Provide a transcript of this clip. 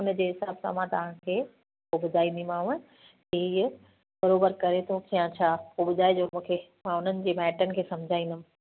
उनजे हिसाब सां मां तव्हांखे पोइ ॿुधाईंदीमाव हीउ बरबरि करे थो या छा पोइ ॿुधाइजो मूंखे मां उन्हनि जे माइटनि खे समिझाईंदमि